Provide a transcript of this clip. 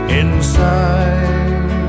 inside